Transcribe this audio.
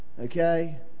Okay